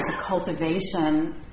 cultivation